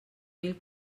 mil